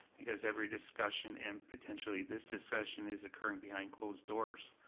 because every discussion and potentially this discussion is occurring behind closed doors,